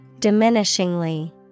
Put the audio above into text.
Diminishingly